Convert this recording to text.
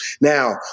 Now